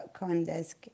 CoinDesk